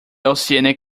oceanic